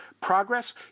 Progress